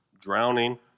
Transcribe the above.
drowning